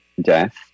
death